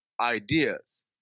ideas